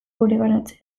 geureganatzen